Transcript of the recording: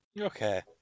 Okay